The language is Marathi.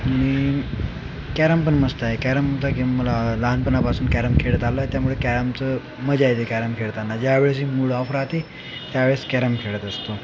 मी कॅरम पण मस्त आहे कॅरमचा गेम मला लहानपणापासून कॅरम खेळत आलो आहे त्यामुळे कॅरमचं मजा येते कॅरम खेळताना ज्या वेळेस भी मूड ऑफ राहते त्यावेळेस कॅरम खेळत असतो